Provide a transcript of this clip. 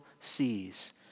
sees